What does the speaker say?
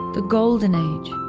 the golden age.